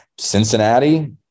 Cincinnati